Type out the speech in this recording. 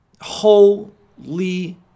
holy